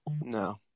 No